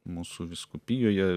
mūsų vyskupijoje